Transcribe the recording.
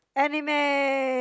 anime